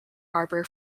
harbor